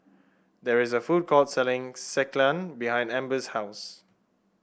there is a food court selling Sekihan behind Ambers' house